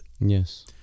Yes